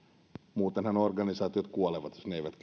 muutenhan organisaatiot kuolevat jos ne eivät